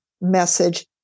message